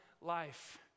life